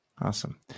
awesome